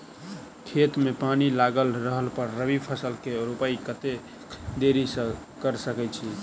खेत मे पानि लागल रहला पर रबी फसल केँ रोपाइ कतेक देरी धरि कऽ सकै छी?